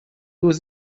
وای